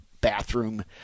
bathroom